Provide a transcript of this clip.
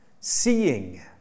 seeing